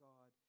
God